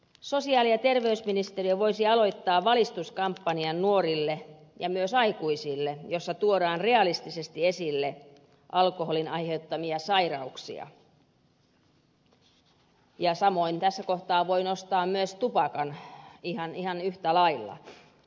sosiaali ja terveysministeriö voisi aloittaa valistuskampanjan nuorille ja myös aikuisille jossa tuodaan reaalisesti esille alkoholin aiheuttamia sairauksia ja samoin tässä kohtaa voi nostaa esille myös tupakan ihan yhtä lailla